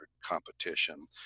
competition